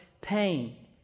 pain